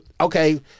Okay